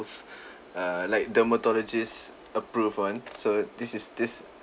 ~'s uh like dermatologist approved one so this is this